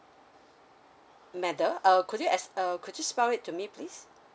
medal uh could you ex~ uh could you spell it to me please